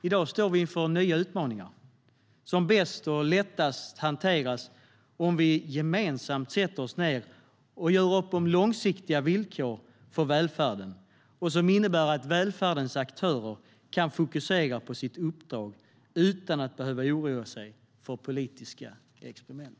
I dag står vi inför nya utmaningar som bäst och lättats hanteras om vi gemensamt sätter oss ned och gör upp om långsiktiga villkor för välfärden, som innebär att välfärdens aktörer kan fokusera på sitt uppdrag utan att behöva oroa sig för politiska experiment.